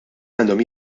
għandhom